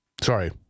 Sorry